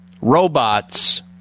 robots